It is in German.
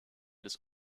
des